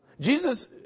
Jesus